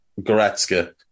Goretzka